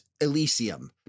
Elysium